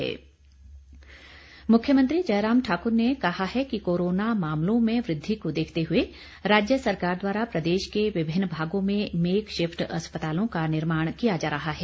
मुख्यमंत्री मुख्यमंत्री जयराम ठाक्र ने कहा है कि कोरोना मामलों में वृद्धि को देखते हुए राज्य सरकार द्वारा प्रदेश के विभिन्न भागों में मेक शिफ्ट अस्पतालों का निर्माण किया जा रहा है